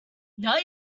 now